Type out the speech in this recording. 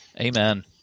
Amen